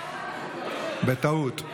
בטעות.